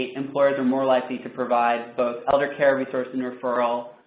employers are more likely to provide both eldercare resource and referrals,